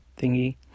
thingy